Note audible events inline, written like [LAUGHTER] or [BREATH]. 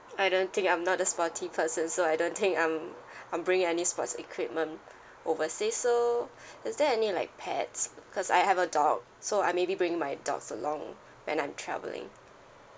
I don't think I'm not a sporty person so I don't think um [BREATH] I'm bringing any sports equipment overseas so [BREATH] is there any like pets cause I have a dog so I maybe bringing my dogs along when I'm travelling